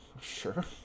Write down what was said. sure